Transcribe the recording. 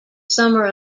summer